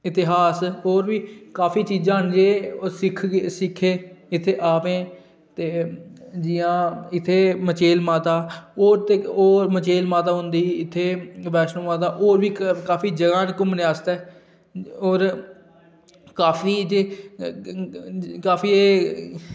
इतिहास होर बी काफी चीज़ां न ओह् सिक्खै असें ते जियां इत्थें मचैल माता होर ते मचैल माता होंदी इत्थें वैष्णो माता होर बी काफी जगहां न इत्थें घुम्मनै आस्तै होर काफी काफी